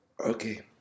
Okay